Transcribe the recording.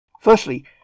Firstly